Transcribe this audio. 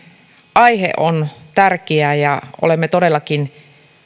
aihe on tärkeä ja olemme todellakin